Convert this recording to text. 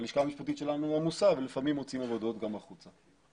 הלשכה המשפטית שלנו עמוסה ולפעמים מוציאים עבודות גם החוצה.